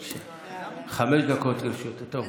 בבקשה, חמש דקות לרשותך.